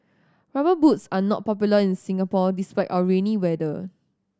Rubber Boots are not popular in Singapore despite our rainy weather